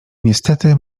niestety